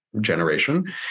generation